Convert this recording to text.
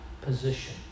position